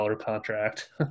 contract